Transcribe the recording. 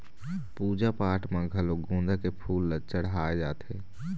पूजा पाठ म घलोक गोंदा के फूल ल चड़हाय जाथे